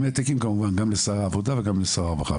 עם העתקים כמובן גם לשר העבודה וגם לשר הרווחה.